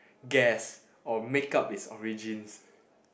guess or make up its origins